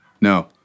No